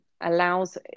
allows